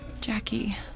Jackie